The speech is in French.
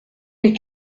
les